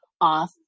off